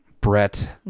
Brett